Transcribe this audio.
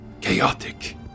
chaotic